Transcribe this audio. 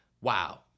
wow